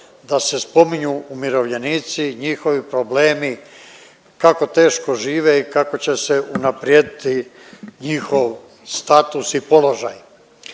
da se spominju umirovljenici, njihovi problemi, kako teško žive, kako će se unaprijediti njihov status i položaj.